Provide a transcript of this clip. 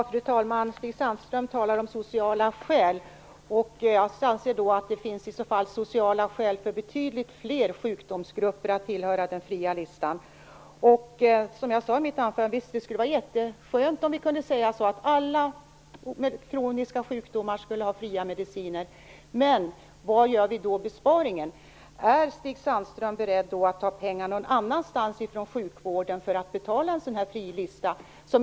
Fru talman! Stig Sandström talar om sociala skäl. Han anser att det finns sociala skäl för betydligt fler sjukdomsgrupper att tillhöra den fria listan. Som jag sade i mitt anförande skulle det vara jätteskönt om vi kunde säga att alla kroniska sjukdomar skall få fria mediciner. Men var gör vi då besparingen? Är Stig Sandström beredd att ta pengar någon annanstans i sjukvården för att betala en fri lista?